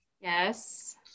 Yes